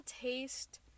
taste